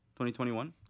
2021